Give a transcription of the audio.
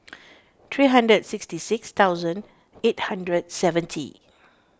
three hundred sixty six thousand eight hundred seventy